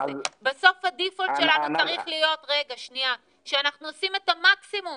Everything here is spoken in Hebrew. בסוף הדיפולט שלנו צריך להיות שאנחנו עושים את המקסימום